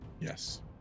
Yes